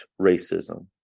racism